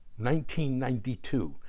1992